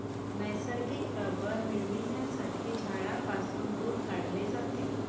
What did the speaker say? नैसर्गिक रबर मिळविण्यासाठी झाडांपासून दूध काढले जाते